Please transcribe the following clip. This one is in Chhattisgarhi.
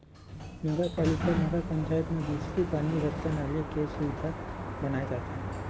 नगर पालिका, नगर पंचायत म बिजली, पानी, रद्दा, नाली के सुबिधा बनाए जाथे